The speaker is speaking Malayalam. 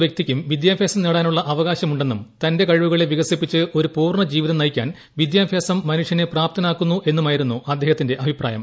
വ്യക്തിയ്ക്കും വിദ്യാഭ്യാസം ഓരോ നേടാനുള്ള അവകാശമുണ്ടെന്നും തന്റെ കഴിവുകളെ വികസിപ്പിച്ച് ഒരു പൂർണ്ണ ജീവിതം നയിക്കാൻ വിദ്യാഭ്യാസം മനുഷ്യനെ പ്രാപ്തനാക്കുന്നു എന്നുമായിരുന്നു അദ്ദേഹത്തിന്റെ അഭിപ്രായം